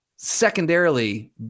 secondarily